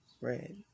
red